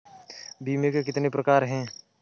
बीमे के कितने प्रकार हैं?